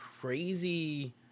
crazy